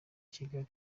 kigeli